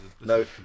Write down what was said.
No